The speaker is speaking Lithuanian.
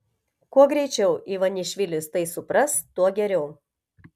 kuo greičiau ivanišvilis tai supras tuo geriau